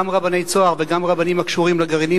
גם רבני "צהר" וגם רבנים הקשורים לגרעינים